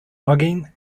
logging